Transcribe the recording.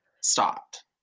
stopped